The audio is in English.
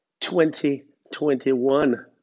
2021